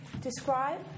describe